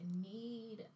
need